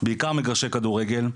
בעיקר מגרשי כדורגל.